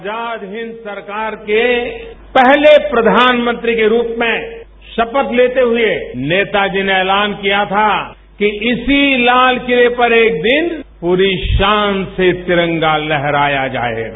आजाद हिंद सरकार के पहले प्रधानमंत्री के रूप में शपथ लेते हुए नेताजी ने एलान किया था कि इसी लालकिले पर एक दिन पूरी शान से तिरंगा लहराया जाएगा